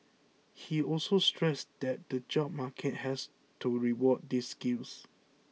he also stressed that the job market has to reward these skills